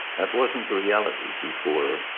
that wasn't the reality before.